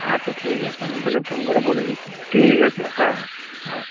আচ্ছা ঠিক আছে আমি তাহলে ফোন করে বলে দিচ্ছি ঠিক আছে হ্যাঁ হ্যাঁ হ্যাঁ